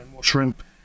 shrimp